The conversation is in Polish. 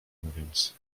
mówiąc